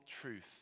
truth